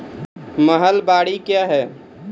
महलबाडी क्या हैं?